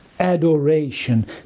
Adoration